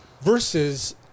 Versus